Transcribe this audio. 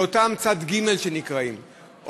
מאותם אלה שנקראים צד ג',